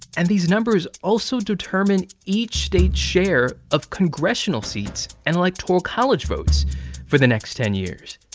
and these numbers also determine each state's share of congressional seats and electoral college votes for the next ten years.